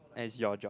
as your job